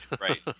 right